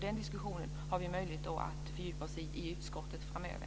Den diskussionen har vi möjlighet att fördjupa oss i i utskottet framöver.